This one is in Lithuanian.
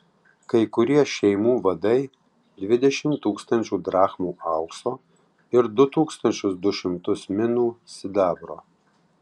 kai kurie šeimų vadai dvidešimt tūkstančių drachmų aukso ir du tūkstančius du šimtus minų sidabro